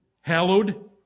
Hallowed